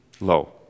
low